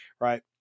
right